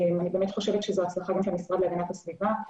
אני באמת חושבת שזו הצלחה של המשרד להגנת הסביבה.